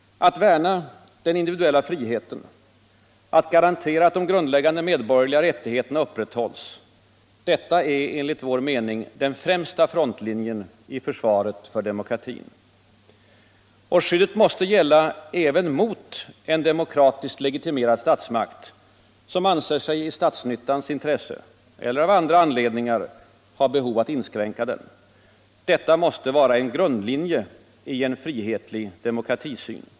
Att värna den individuella friheten, att garantera att de grundläggande medborgerliga rättigheterna upprätthålls — detta är enligt vår mening den främsta frontlinjen i försvaret för demokratin. Och skyddet måste gälla även mot en demokratiskt legitimerad statsmakt som anser sig i statsnyttans intresse eller av andra anledningar ha behov av att inskränka denna. Detta måste vara en grundlinje i en frihetlig demokratisyn.